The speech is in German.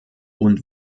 und